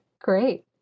Great